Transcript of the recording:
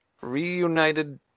reunited